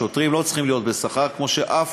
שוטרים לא צריכים להיות בשכר, כמו שאף